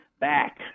back